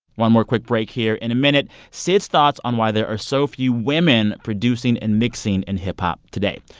one more quick break here. in a minute, syd's thoughts on why there are so few women producing and mixing in hip-hop today,